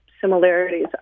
similarities